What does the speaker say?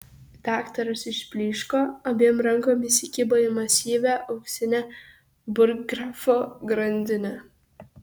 daktaras išblyško abiem rankom įsikibo į masyvią auksinę burggrafo grandinę